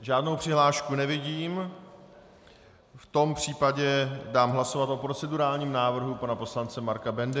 Žádnou přihlášku nevidím, v tom případě dám hlasovat o procedurálním návrhu pana poslance Marka Bendy.